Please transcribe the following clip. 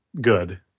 good